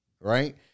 right